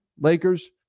Lakers